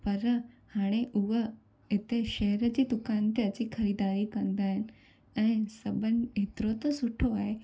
पर हाणे उहे हिते शहर जी दुकान ते अची ख़रीदारी कंदा आहिनि ऐं संबंध हेतिरो त सुठो आहे